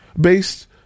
based